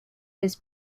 his